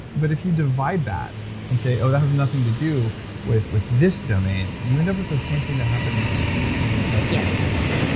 but if you divide that and say, oh that has nothing to do with with this domain, you end up with the same thing that happens happens in western medical practice.